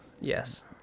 Yes